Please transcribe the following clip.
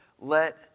let